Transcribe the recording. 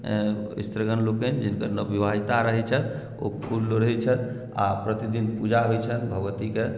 स्त्रीगण लोकनि जिनकर नवविवाहिता रहैत छथि ओ फूल लोढ़ैत छथि आ प्रतिदिन पूजा होइत छनि भगवतीके